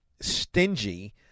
stingy